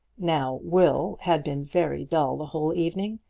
now will had been very dull the whole evening,